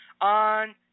on